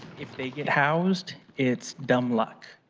if they get housed, it's dumb luck.